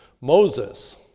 Moses